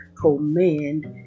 command